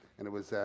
and it was,